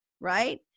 right